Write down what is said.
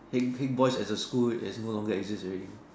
Haig Boys' as a school is no longer exist already uh